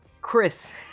Chris